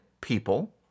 people